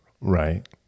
right